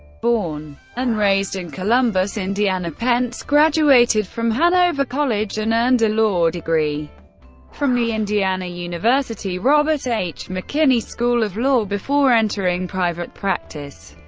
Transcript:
born and raised in columbus, indiana, pence graduated from hanover college and earned a law degree from the indiana university robert h. mckinney school of law before entering private practice.